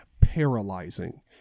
paralyzing